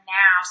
now